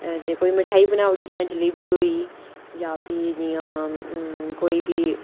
ते कोई मठाई बनाऊ ड़ी जि'यां जलेबी होई गेई जां प्ही जि'यां कोई बी